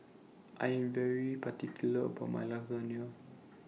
I Am particular about My Lasagna